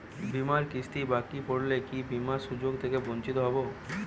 বিমার কিস্তি বাকি পড়লে কি বিমার সুযোগ থেকে বঞ্চিত হবো?